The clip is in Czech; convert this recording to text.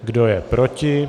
Kdo je proti?